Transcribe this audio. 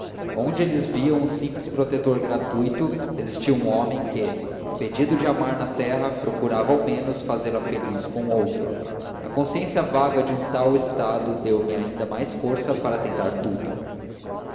onde eles viam um simples protetor gratuito existia um homem que impedido de a amar na terra procurava ao menos fazê-la feliz com outro a consciência vaga de um tal estado deu-me ainda mais força para tentar tudo